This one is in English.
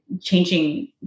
changing